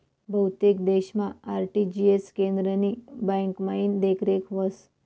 बहुतेक देशमा आर.टी.जी.एस केंद्रनी ब्यांकमाईन देखरेख व्हस